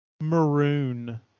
Maroon